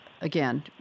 again